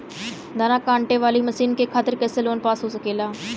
धान कांटेवाली मशीन के खातीर कैसे लोन पास हो सकेला?